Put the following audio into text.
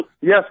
Yes